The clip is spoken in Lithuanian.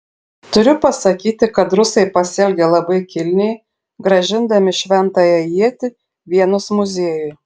turiu pasakyti kad rusai pasielgė labai kilniai grąžindami šventąją ietį vienos muziejui